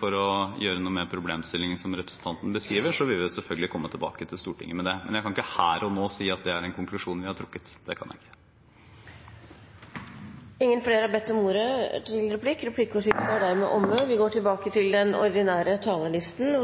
for å gjøre noe med problemstillingen som representanten beskriver, vil vi selvfølgelig komme tilbake til Stortinget med det. Men jeg kan ikke her og nå si at det er en konklusjon vi har trukket, det kan jeg ikke. Replikkordskiftet er omme.